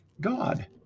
God